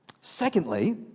Secondly